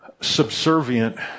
subservient